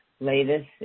Latest